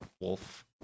wolf